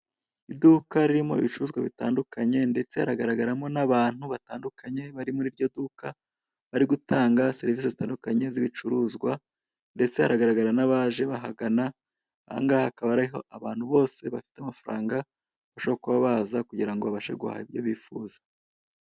Iduka ririmo ibicuruzwa bitandunkanye ndetse haragaragaramo n'abantu batandukanye bari muri iryo duka, bari gutanga serivise zitandukanye z'ibicuruzwa ndetse haragaragara n'abaje bahagana aha ngaha hakaba ariho abantu bose bafite amafaranga bashobora kuba baza kugira ngo babashe guhaha ibyo bifuza.